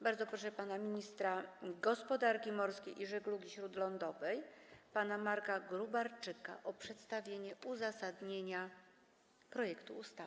Bardzo proszę ministra gospodarki morskiej i żeglugi śródlądowej pana Marka Gróbarczyka o przedstawienie uzasadnienia projektu ustawy.